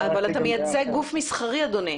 אבל אתה מייצג גוף מסחרי, אדוני.